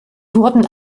wurden